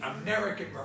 American